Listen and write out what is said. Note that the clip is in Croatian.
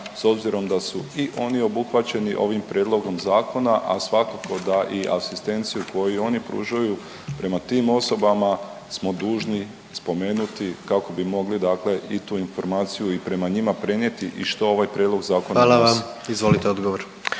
s obzirom da su i oni obuhvaćeni ovim prijedlogom zakona, a svakako da i asistenciju koju oni pružaju prema tim osobama smo dužni spomenuti kako bi mogli dakle i tu informaciju i prema njima prenijeti i što ovaj prijedlog zakona donosi. **Jandroković, Gordan